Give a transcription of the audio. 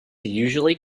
usually